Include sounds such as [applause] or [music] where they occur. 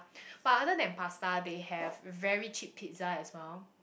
[breath] but other than pasta they have really cheap pizza as well